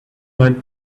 man